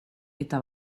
eta